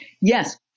Yes